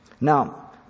Now